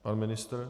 Pan ministr.